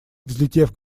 взлетев